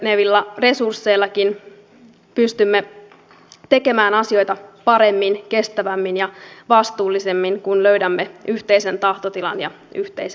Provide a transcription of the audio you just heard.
niukkenevilla resursseillakin pystymme tekemään asioita paremmin kestävämmin ja vastuullisemmin kun löydämme yhteisen tahtotilan ja yhteisen asenteen